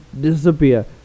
disappear